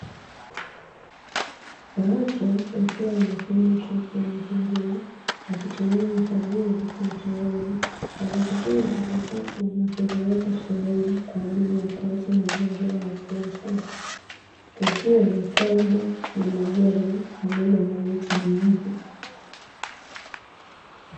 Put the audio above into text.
Watu wakiwa wanafanya usafi wa mazingira, wakitumia mifagio na toroli, wakikusanya takataka na kuziweka sehemu kwa ajili ya kuacha mazingira yakiwa safi. Kukiwa na korido na majengo pamoja na miti mingi.